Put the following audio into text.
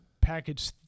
package